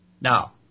Now